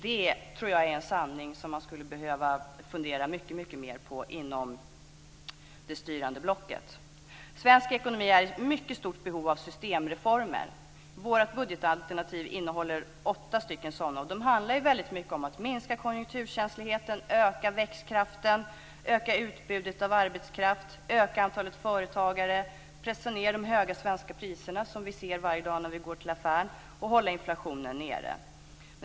Det tror jag är en sanning som man skulle behöva fundera mycket mer på inom det styrande blocket. Svensk ekonomi är i mycket stort behov av systemreformer. Vårt budgetalternativ innehåller åtta sådana, och de handlar väldigt mycket om att minska konjunkturkänsligheten, öka växtkraften, öka utbudet av arbetskraft, öka antalet företagare, pressa ned de höga svenska priser som vi ser varje dag när vi går till affären samt hålla inflationen nere.